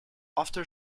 after